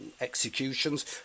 executions